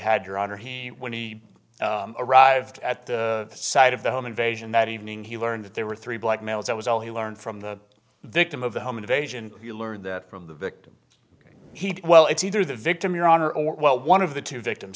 had your honor he when he arrived at the site of the home invasion that evening he learned that there were three black males it was all he learned from the victim of the home invasion he learned that from the victim he well it's either the victim your honor or one of the two victims